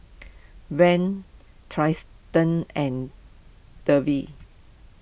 Vern Triston and Devin